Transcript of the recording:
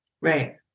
Right